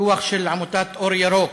דוח של עמותת "אור ירוק",